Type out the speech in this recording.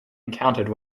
encountered